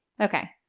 Okay